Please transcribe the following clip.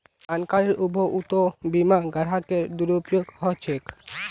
जानकारीर अभाउतो बीमा ग्राहकेर दुरुपयोग ह छेक